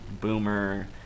boomer